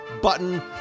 button